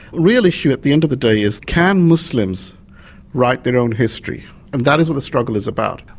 real issue at the end of the day, is can muslims write their own history and that is what the struggle is about.